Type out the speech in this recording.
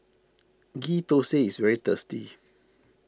Ghee Thosai is very tasty